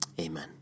Amen